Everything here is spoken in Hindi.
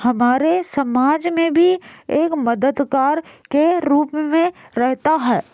हमारे समाज में भी एक मददगार के रूप में रहता है